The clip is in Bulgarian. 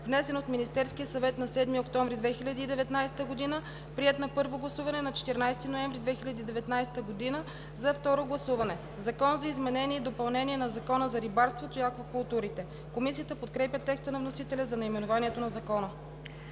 внесен от Министерския съвет на 7 октомври 2019 г., приет на първо гласуване на 14 ноември 2019 г., за второ гласуване. „Закон за изменение и допълнение на Закона за рибарството и аквакултурите“.“ Комисията подкрепя текста на вносителя за наименованието на Закона.